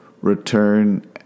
Return